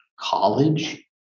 college